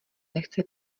nechce